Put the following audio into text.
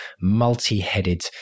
multi-headed